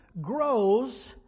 grows